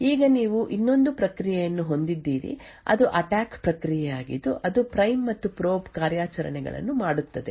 ಈಗ ನೀವು ಇನ್ನೊಂದು ಪ್ರಕ್ರಿಯೆಯನ್ನು ಹೊಂದಿದ್ದೀರಿ ಅದು ಅಟ್ಯಾಕ್ ಪ್ರಕ್ರಿಯೆಯಾಗಿದ್ದು ಅದು ಪ್ರೈಮ್ ಮತ್ತು ಪ್ರೋಬ್ ಕಾರ್ಯಾಚರಣೆಗಳನ್ನು ಮಾಡುತ್ತದೆ